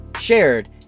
shared